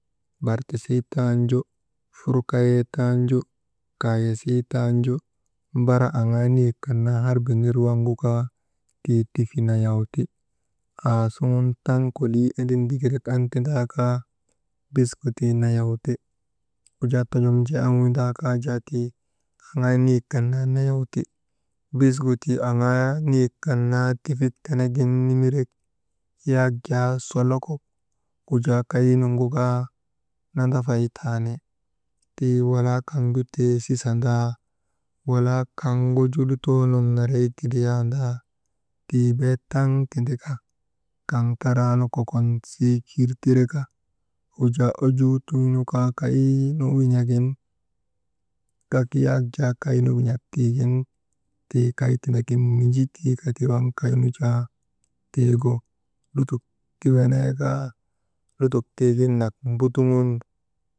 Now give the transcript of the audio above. Bartusii tanju, furkayee tanju, kayesii tanju, mbara aŋaa niyek kan naa harba nir waŋgu kaa, tii trifi nayawti. Aasuŋun taŋ kolii endindikirek an tindaa kaa, bisgu tii nayaw ti. Wujaa tojomjee an windaakaa jaa tii aŋaa niyek kan naa nayawti. Bisgu tii aŋaa niyek kan naa tifik tenegin nimirek, yak jaa sollokok wujaa kaynuŋu kaa nandafay taani, tii walaaa kaŋgu teesisandaa, walaa kaŋ guju lutoo nonnoroy tindriyaandaa, tii bee taŋ tindaka kaŋ taraanu kokon siikir tireka, wujaa ojuu tuy nu jaa «hesitation» gak yak jaa kaynu win̰ak tiigin, tii kay tindagin miji tiika ti waŋ kaynu jaa tiigu lutok ti wenee kaa lutok tiigin nak mbutugun.